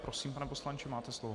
Prosím, pane poslanče, máte slovo.